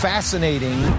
fascinating